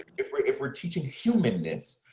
if we're if we're teaching humanness,